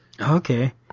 okay